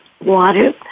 water